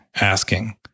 asking